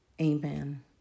Amen